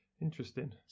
Interesting